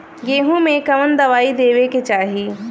गेहूँ मे कवन दवाई देवे के चाही?